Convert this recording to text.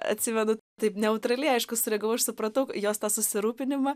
atsimenu taip neutraliai aišku sureagavau aš supratau jos tą susirūpinimą